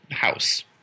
house